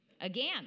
again